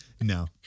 No